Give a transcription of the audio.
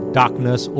darkness